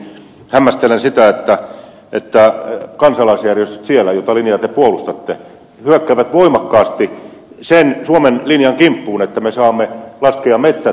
hämmästelen sitä että siellä kansalaisjärjestöt joiden linjaa te puolustatte hyökkäävät voimakkaasti sen suomen linjan kimppuun että me saamme laskea metsät nieluiksi